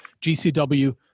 GCW